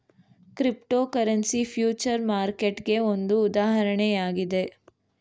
cryptocurrency future ಮಾರ್ಕೆಟ್ಗೆ ಒಂದು ಉದಾಹರಣೆಯಾಗಿದೆ